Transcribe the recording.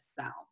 cell